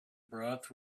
broth